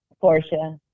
Portia